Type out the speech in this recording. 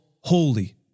holy